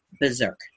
berserk